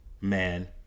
man